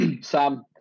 Sam